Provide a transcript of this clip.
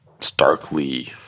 starkly